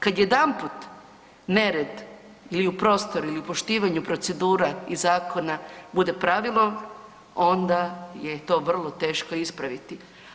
Kad jedanput nered ili u prostoru ili u poštivanju procedura i zakona bude pravilo onda je i to vrlo teško ispraviti.